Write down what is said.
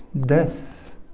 death